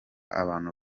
abantu